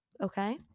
Okay